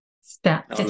step